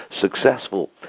successful